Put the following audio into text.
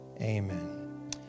Amen